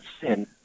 sin